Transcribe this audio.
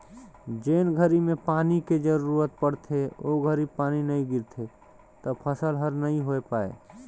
जेन घरी में पानी के जरूरत पड़थे ओ घरी पानी नई गिरथे त फसल हर नई होय पाए